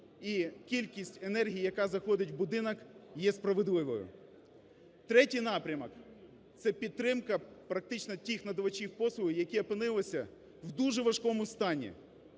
і кількість енергії, яка заходить в будинок, є справедливою. Третій напрямок – це підтримка практично тих надавачів послуг, які опинилися в дуже важкому стані.